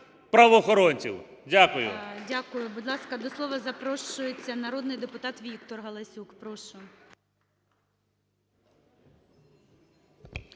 Дякую.